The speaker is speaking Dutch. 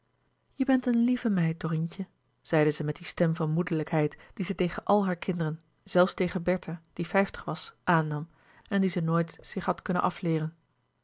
je bent een lieve meid dorinetje zeide zij met die stem van moederlijkheid die zij tegen alle hare kinderen zelfs tegen bertha die vijftig was aannam en die zij nooit zich had kunnen afleeren